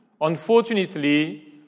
unfortunately